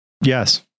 Yes